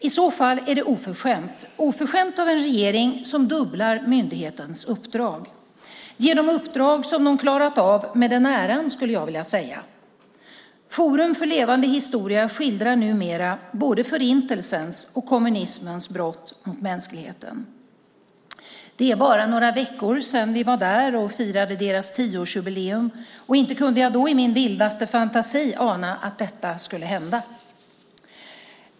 I så fall är det oförskämt, oförskämt av en regering som dubblar myndighetens uppdrag och ger dem uppdrag som de klarat av med den äran, skulle jag vilja säga. Forum för levande historia skildrar numera både Förintelsens och kommunismens brott mot mänskligheten. Det är bara några veckor sedan vi var där och firade deras tioårsjubileum, och inte kunde jag ens i min vildaste fantasi då ana att detta skulle hända.